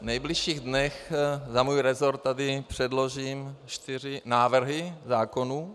V nejbližších dnech za svůj resort tady předložím čtyři návrhy zákonů.